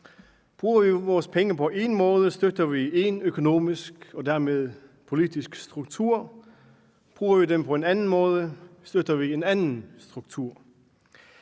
Bruger vi vores penge på én måde, støtter vi én økonomisk og dermed politisk struktur. Bruger vi dem på en anden måde, støtter vi en anden struktur.